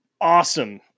Awesome